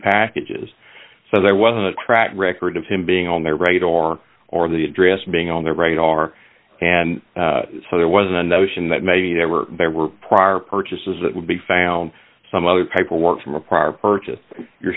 packages so there was no track record of him being on there right or or the address being on their radar and so there was a notion that maybe there were there were prior purchases that would be found some other paperwork from a prior purchase you